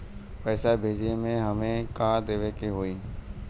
पैसा भेजे में हमे का का देवे के होई?